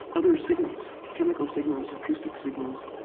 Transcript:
other signals chemical signals, acoustic signals